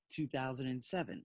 2007